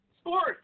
Sports